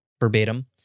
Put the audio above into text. verbatim